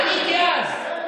עניתי אז.